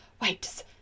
wait